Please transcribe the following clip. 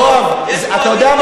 זה לא נכון, יואב, אתה יודע מה?